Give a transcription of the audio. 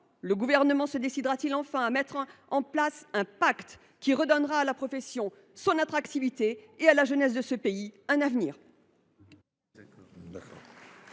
le Gouvernement se décidera t il enfin à mettre en place un pacte qui rendra à la profession son attractivité et offrira à la jeunesse de ce pays un avenir ?